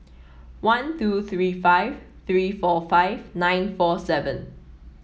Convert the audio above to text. one two three five three four five nine four seven